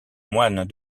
moines